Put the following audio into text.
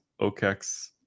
okex